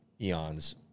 eons